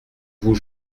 vous